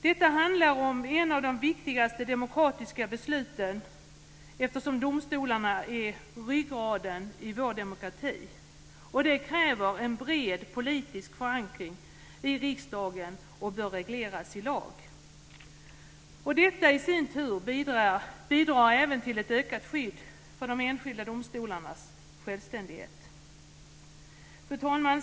Detta handlar om ett av de viktigaste demokratiska besluten eftersom domstolarna är ryggraden i vår demokrati. Det kräver en bred politisk förankring i riksdagen och det bör regleras i lag. Detta bidrar i sin tur även till ett ökat skydd för de enskilda domstolarnas självständighet. Fru talman!